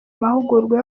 mahugurwa